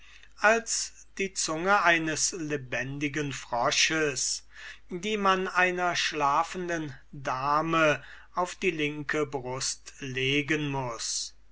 als die zunge eines lebendigen frosches die man einer schlafenden dame auf die linke brust legen muß